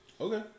Okay